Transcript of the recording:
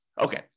Okay